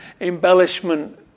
embellishment